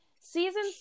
season